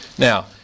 Now